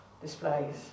displays